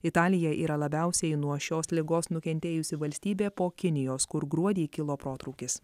italija yra labiausiai nuo šios ligos nukentėjusi valstybė po kinijos kur gruodį kilo protrūkis